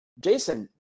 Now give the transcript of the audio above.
Jason